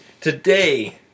today